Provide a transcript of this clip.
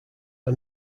are